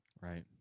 right